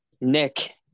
Nick